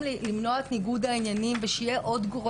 למנוע את ניגוד העניינים ושיהיה עוד גורם,